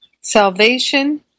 salvation